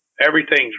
everything's